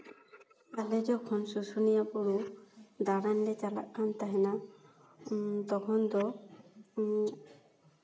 ᱟᱞᱮ ᱡᱚᱠᱷᱚᱱ ᱥᱩᱥᱩᱱᱤᱭᱟᱹ ᱵᱩᱨᱩ ᱫᱟᱬᱟᱱ ᱞᱮ ᱪᱟᱞᱟᱜ ᱠᱟᱱ ᱛᱟᱦᱮᱱᱟ ᱛᱚᱠᱷᱚᱱ ᱫᱚ